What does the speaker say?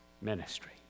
ministry